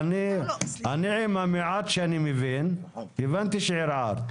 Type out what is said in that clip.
מהמעט שאני מבין הבנתי שערערת.